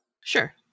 Sure